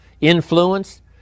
influence